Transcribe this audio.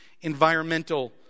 environmental